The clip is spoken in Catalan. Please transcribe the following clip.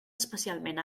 especialment